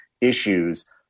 issues